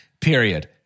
period